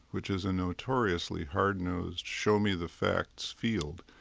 which is a notoriously hard-nosed, show-me-the-facts field,